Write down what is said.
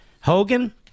Hogan